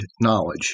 knowledge